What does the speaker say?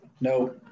no